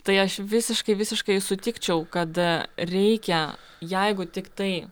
tai aš visiškai visiškai sutikčiau kad reikia jeigu tiktai